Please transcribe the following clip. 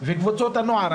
וקבוצות הנוער.